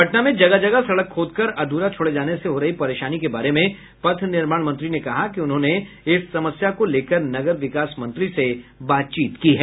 पटना में जगह जगह सड़क खोदकर अध्रा छोड़े जाने से हो रही परेशानी के बारे में पथ निर्माण मंत्री ने कहा कि उन्होंने इस समस्या को लेकर नगर विकास मंत्री से बातचीत की है